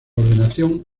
ordenación